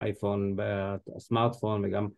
אייפון, סמארטפון וגם